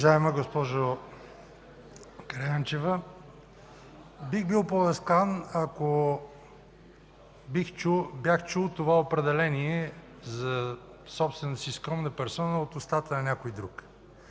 Уважаема госпожо Караянчева, бих бил поласкан, ако бях чул това определение за собствената си скромна персона от устата на някой друг,